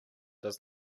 does